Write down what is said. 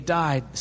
died